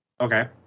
Okay